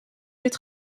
zit